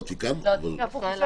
אני שואל